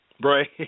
Bray